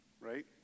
right